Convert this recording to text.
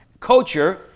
culture